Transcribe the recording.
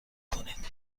کنید